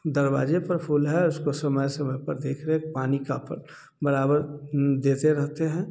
दरवाजे पर फूल है उसको समय समय पर देख रेख पानी का बराबर देते रहते हैं